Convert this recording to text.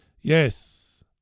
Yes